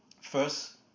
First